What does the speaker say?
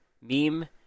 Meme